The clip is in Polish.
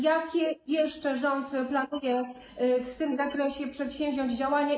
Jakie jeszcze rząd planuje w tym zakresie przedsięwziąć działania?